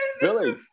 Billy